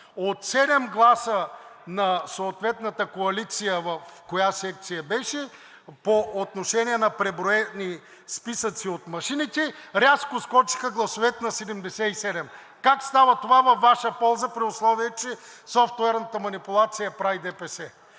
От седем гласа на съответната коалиция в коя секция беше, по отношение на преброени списъци от машините гласовете рязко скочиха на 77. Как става това във Ваша полза, при условие че софтуерната манипулация я прави ДПС?